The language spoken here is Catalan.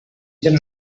tens